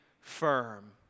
firm